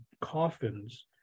coffins